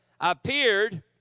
appeared